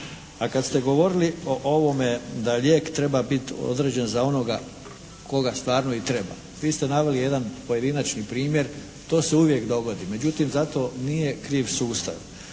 A kad ste govorili o ovome da lijek treba biti određen za onoga tko ga stvarno i treba, vi ste naveli jedan pojedinačni primjer, to se uvijek dogodi. Međutim, za to nije kriv sustav.